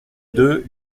deux